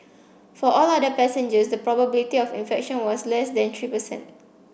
for all other passengers the probability of infection was less than three per cent